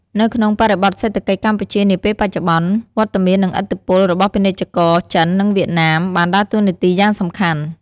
នៅក្នុងបរិបទសេដ្ឋកិច្ចកម្ពុជានាពេលបច្ចុប្បន្ន វត្តមាននិងឥទ្ធិពលរបស់ពាណិជ្ជករចិននិងវៀតណាមបានដើរតួនាទីយ៉ាងសំខាន់។